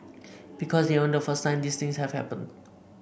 because they aren't the first time these things have happened